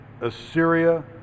Assyria